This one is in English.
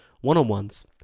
One-on-ones